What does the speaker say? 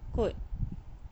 kot